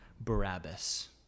Barabbas